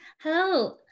Hello